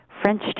French